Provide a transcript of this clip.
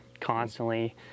constantly